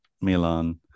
Milan